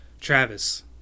Travis